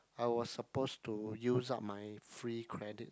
I was supposed to use up my free credits